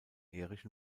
erich